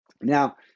Now